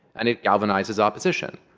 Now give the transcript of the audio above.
and it galvanizes opposition.